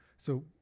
so,